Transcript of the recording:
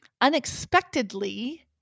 unexpectedly